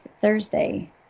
Thursday